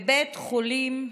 בבית חולים.